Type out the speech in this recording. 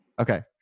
okay